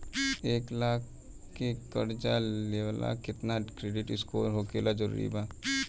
एक लाख के कर्जा लेवेला केतना क्रेडिट स्कोर होखल् जरूरी बा?